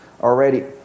already